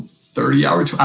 thirty hours,